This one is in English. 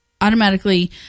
automatically